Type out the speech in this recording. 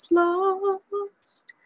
lost